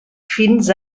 fins